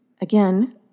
Again